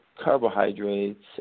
carbohydrates